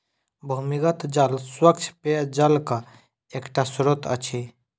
भूमिगत जल स्वच्छ पेयजलक एकटा स्त्रोत अछि